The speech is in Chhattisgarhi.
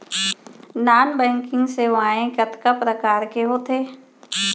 नॉन बैंकिंग सेवाएं कतका प्रकार के होथे